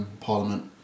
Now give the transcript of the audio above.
parliament